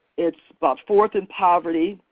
it's about fourth in poverty,